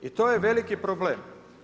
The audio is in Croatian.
I to je veliki problem.